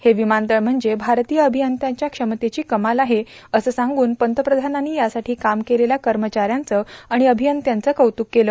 हे विमानतळ म्हणजे भारतीय अभियंत्यांच्या क्षमतेची कमाल आहे असं सांगून पंतप्रधानांनी यासाठी काम केलेल्या कर्मचाऱ्यांचं आणि अभियंत्यांचं कौतुक केलं